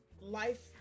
Life